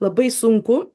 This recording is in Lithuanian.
labai sunku